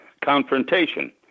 confrontation